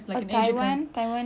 or taiwan taiwan